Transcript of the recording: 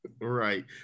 Right